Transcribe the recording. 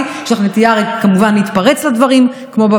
שנמצאים במסגרות תעסוקה המבזות את כבוד